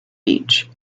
beach